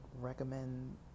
recommend